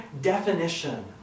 definition